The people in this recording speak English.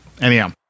Anyhow